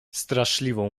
straszliwą